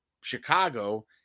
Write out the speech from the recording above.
Chicago